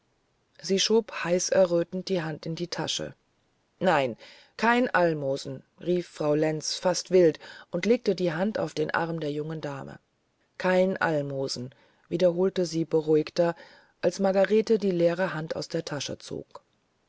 sie schob heißerrötend die hand in die tasche nein kein almosen rief frau lenz fast wild und legte die hand auf den arm der jungen dame kein almosen wiederholte sie beruhigter als margarete die leere hand aus der tasche zog